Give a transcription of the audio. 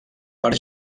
per